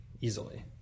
easily